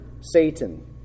Satan